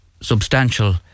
substantial